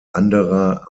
anderer